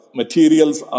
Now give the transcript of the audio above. materials